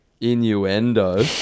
innuendo